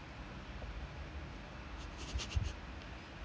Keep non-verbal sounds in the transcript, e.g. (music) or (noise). (laughs)